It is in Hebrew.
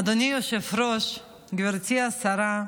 אדוני היושב-ראש, גברתי השרה,